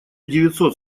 девятьсот